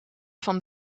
van